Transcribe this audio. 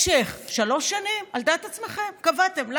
משך, שלוש שנים, על דעת עצמכם קבעתם.